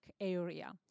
area